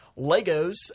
Legos